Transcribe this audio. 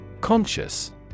Conscious